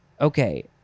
Okay